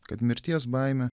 kad mirties baimė